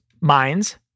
minds